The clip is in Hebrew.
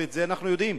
ואת זה אנחנו יודעים.